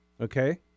Okay